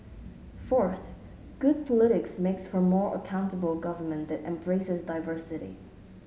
fourth good politics makes for more accountable government that embraces diversity